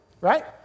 right